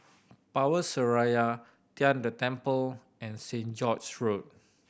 Power Seraya Tian De Temple and St George's Road